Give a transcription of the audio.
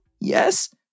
yes